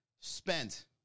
spent